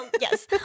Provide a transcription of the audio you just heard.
Yes